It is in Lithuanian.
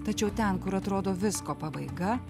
tačiau ten kur atrodo visko pabaiga